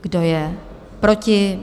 Kdo je proti?